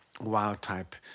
wild-type